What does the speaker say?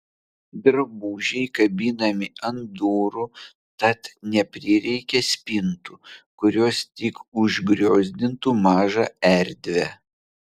drabužiai kabinami ant durų tad neprireikia spintų kurios tik užgriozdintų mažą erdvę